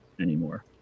anymore